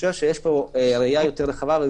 יש פה ראייה יותר רחבה.